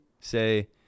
say